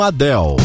Adel